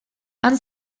han